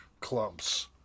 clumps